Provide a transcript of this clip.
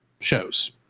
shows